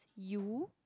U